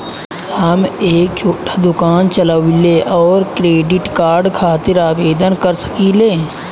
हम एक छोटा दुकान चलवइले और क्रेडिट कार्ड खातिर आवेदन कर सकिले?